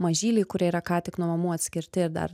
mažyliai kurie yra ką tik nuo mamų atskirti ir dar